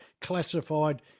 classified